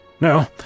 No